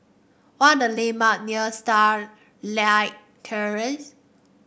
what are the landmark near Starlight Terrace